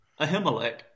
Ahimelech